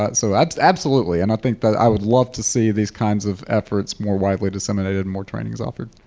but so um so absolutely. and i think that i would love to see these kinds of efforts more widely disseminated, more trainings offered.